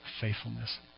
faithfulness